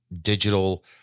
digital